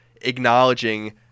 acknowledging